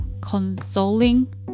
consoling